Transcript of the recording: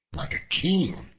like a king,